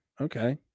Okay